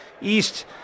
East